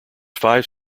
five